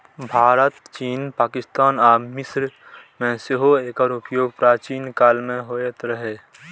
भारत, चीन, पाकिस्तान आ मिस्र मे सेहो एकर उपयोग प्राचीन काल मे होइत रहै